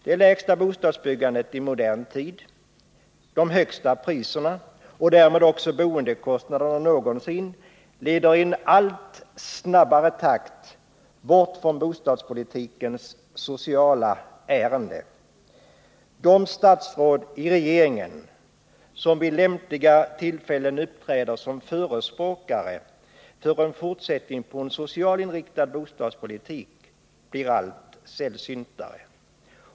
Det lägsta bostadsbyggandet i modern tid, de högsta priserna och därmed också de högsta boendekostnaderna någonsin leder i en allt snabbare takt bort från bostadspolitikens sociala ärende. De statsråd som vid lämpliga tillfällen uppträder som förespråkare för en fortsättning på en socialinriktad bostadspolitik blir allt sällsyntare.